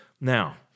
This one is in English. Now